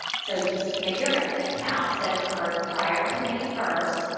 so to submit your accounts that occurred prior to may first,